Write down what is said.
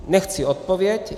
Nechci odpověď.